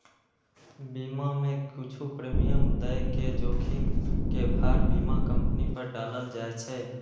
बीमा मे किछु प्रीमियम दए के जोखिम के भार बीमा कंपनी पर डालल जाए छै